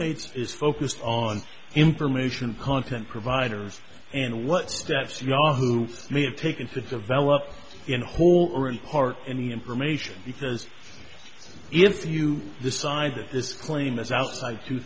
roommates is focused on information content providers and what steps yahoo may have taken to develop in whole or in part any information because if you decide that this claim is outside to